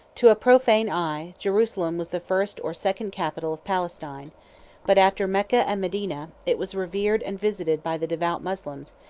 to a profane eye, jerusalem was the first or second capital of palestine but after mecca and medina, it was revered and visited by the devout moslems,